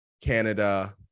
canada